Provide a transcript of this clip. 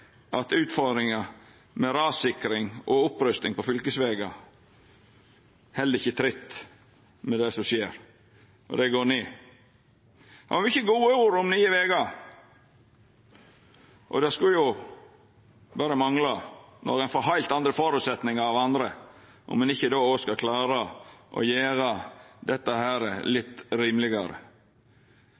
at utfordringa med rassikring og opprusting på fylkesvegar ikkje held tritt med det som skjer, for det går ned. Det har vore mange gode ord om Nye vegar, og det skulle berre mangla når ein får heilt andre føresetnader enn andre, om ein ikkje også klarar å gjera dette litt rimelegare.